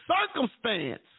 circumstance